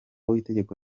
w‟itegeko